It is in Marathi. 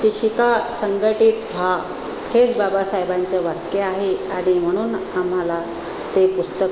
की शिका संघटित व्हा हेच बाबासाहेबांचं वाक्य आहे आणि म्हणून आम्हाला ते पुस्तक